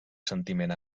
sentiment